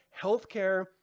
healthcare